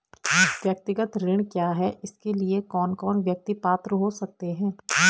व्यक्तिगत ऋण क्या है इसके लिए कौन कौन व्यक्ति पात्र हो सकते हैं?